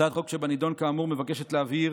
הצעת החוק שבנדון כאמור מבקשת להבהיר